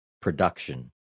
production